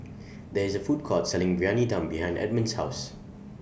There IS A Food Court Selling Briyani Dum behind Edmond's House